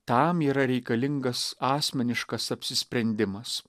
tam yra reikalingas asmeniškas apsisprendimas